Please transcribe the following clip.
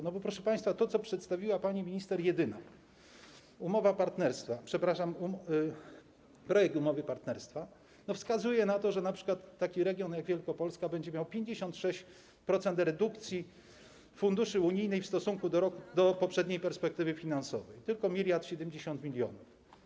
Dlatego że, proszę państwa, to, co przedstawiła pani minister Jedynak, umowa partnerstwa, przepraszam, projekt umowy partnerstwa, wskazuje na to, że np. taki region jak Wielkopolska będzie miał 56% redukcji funduszy unijnych w stosunku do poprzedniej perspektywy finansowej, tylko 1070 mln.